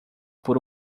por